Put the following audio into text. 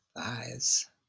thighs